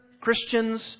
Christians